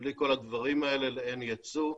בלי כל הדברים האלה אין יצוא,